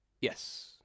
Yes